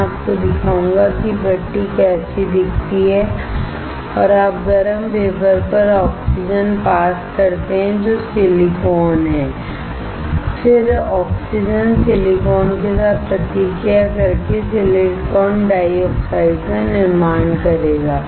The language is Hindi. मैं आपको दिखाऊंगा कि भट्टी कैसी दिखती है और आप गर्म वेफर पर ऑक्सीजन पास करते हैं जो सिलिकॉन है फिर ऑक्सीजन सिलिकॉन के साथ प्रतिक्रिया करके सिलिकॉन डाइऑक्साइड का निर्माण करेगा